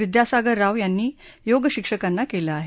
विद्यासागर राव यांनी योग शिक्षकांना केलं आहे